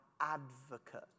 advocate